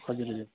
हजुर हजुर